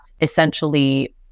essentially